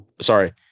sorry